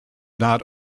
not